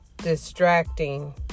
distracting